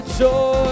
joy